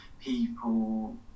people